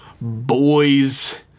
boys